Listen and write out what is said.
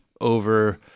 over